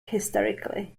hysterically